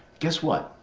guess what,